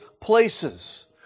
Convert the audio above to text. places